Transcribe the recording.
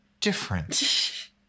different